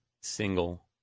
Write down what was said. single